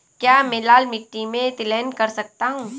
क्या मैं लाल मिट्टी में तिलहन कर सकता हूँ?